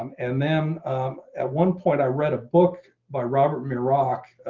um and then at one point i read a book by robert from iraq.